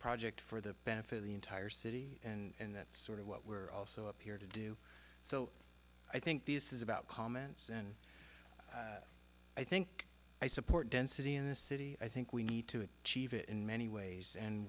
project for the benefit of the entire city and that sort of what we're also up here to do so i think this is about comments and i think i support density in this city i think we need to achieve it in many ways and